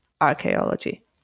archaeology